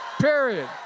Period